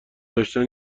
داشتن